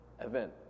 event